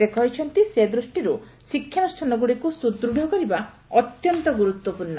ସେ କହିଛନ୍ତି ସେ ଦୃଷ୍ଟିରୁ ଶିକ୍ଷାନୁଷ୍ଠାନଗୁଡ଼ିକୁ ସୁଦୃଢ଼ କରିବା ଅତ୍ୟନ୍ତ ଗୁରୁତ୍ୱପୂର୍ଶ୍ଣ